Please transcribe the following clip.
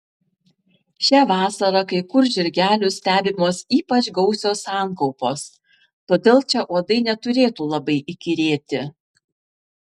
šią vasarą kai kur žirgelių stebimos ypač gausios sankaupos todėl čia uodai neturėtų labai įkyrėti